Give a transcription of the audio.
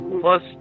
Plus